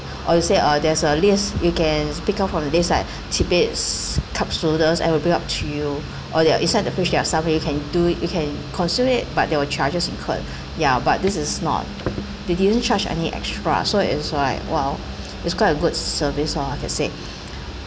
or you say uh there is a list you can pick up from the list like tidbits cup and we will bring up to you or there inside the fridge there are something you can do you can consume it but there were charges incurred ya but this is not they didn't charge any extra so it's like !wow! it's quite a good service lor like I said